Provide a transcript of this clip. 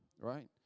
right